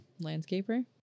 Landscaper